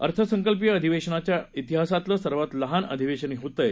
अर्थसंकल्पीय अधिवेशनाच्या पिहासातलं सर्वात लहान अधिवेशन होतय